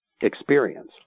experience